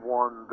one